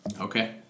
Okay